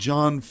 John